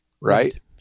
Right